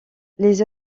les